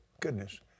goodness